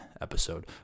episode